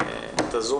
שלום